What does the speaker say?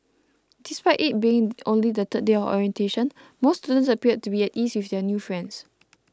despite it being only the third day of orientation most students appeared to be at ease with their new friends